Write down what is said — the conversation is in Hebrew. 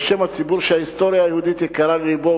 בשם הציבור שההיסטוריה היהודית יקרה ללבו,